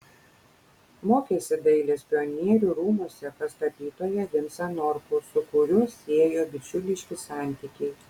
mokėsi dailės pionierių rūmuose pas tapytoją vincą norkų su kuriuo siejo bičiuliški santykiai